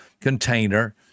container